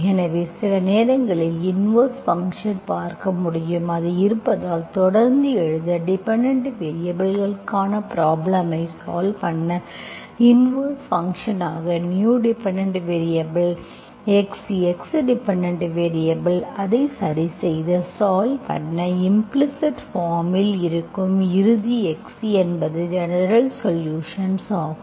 எனவே சில நேரங்களில் இன்வெர்ஸ் ஃபங்க்ஷன் பார்க்க வேண்டும் அது இருப்பதால் தொடர்ந்து எழுத டிபெண்டென்ட் வேரியபல்க்கான ப்ரப்ளேம்ஐத் சால்வ் பண்ண இன்வெர்ஸ் ஃபங்க்ஷன் ஆக new dependent variable x x dependent variable அதை சரிசெய்து சால்வ் பண்ண இம்ப்ளிஸிட் பார்ம் இல் இருக்கும் இறுதி x என்பது ஜெனரல்சொலுஷன்ஸ் ஆகும்